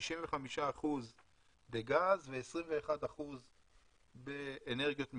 65% בגז ו-21% באנרגיות מתחדשות,